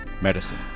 medicine